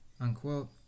unquote